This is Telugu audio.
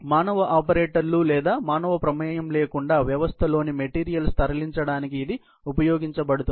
మానవ ఆపరేటర్లు లేదా మానవ ప్రమేయం లేకుండా వ్యవస్థలోని మెటీరియల్స్ తరలించడానికి ఇది ఉపయోగించబడుతుంది